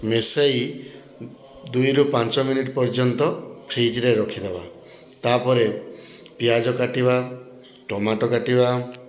ମିଶାଇ ଦୁଇରୁ ପାଞ୍ଚ ମିନିଟ୍ ପର୍ଯ୍ୟନ୍ତ ଫ୍ରିଜ୍ ରେ ରଖିଦେବା ତାପରେ ପିଆଜ କାଟିବା ଟମାଟୋ କାଟିବା